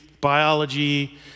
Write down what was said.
biology